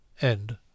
End